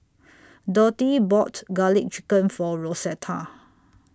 Dotty bought Garlic Chicken For Rosetta